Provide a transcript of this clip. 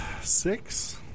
six